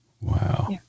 Wow